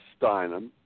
Steinem